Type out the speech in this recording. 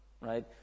right